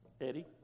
Eddie